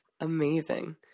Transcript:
Amazing